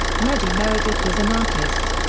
reggie meredith is an artist.